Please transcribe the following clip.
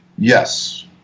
Yes